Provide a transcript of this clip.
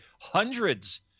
hundreds